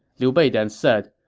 liu bei then said,